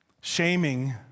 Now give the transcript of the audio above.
shaming